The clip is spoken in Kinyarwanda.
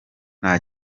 nta